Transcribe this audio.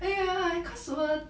!aiya! cause 我